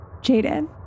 Jaden